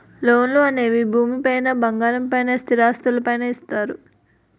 లోన్లు అనేవి భూమి పైన బంగారం పైన స్థిరాస్తులు పైన ఇస్తారు